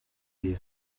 wiwe